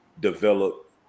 develop